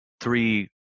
three